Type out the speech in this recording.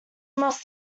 must